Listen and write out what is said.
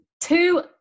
two